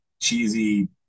cheesy